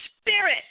spirit